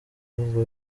bihugu